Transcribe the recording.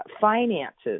finances